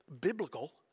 biblical